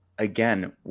Again